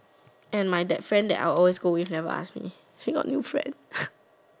and my that friend that I always go with never ask him he got new friend